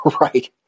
Right